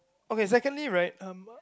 okay secondly right um